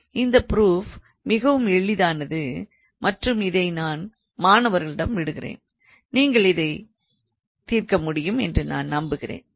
இந்த ப்ரூஃப் மிகவும் எளிமையானது மற்றும் இதை நான் மாணவர்களிடம் விடுகிறேன் மற்றும் நீங்கள் இதை தீர்க்க முடியும் என நான் நம்புகிறேன்